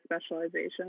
specialization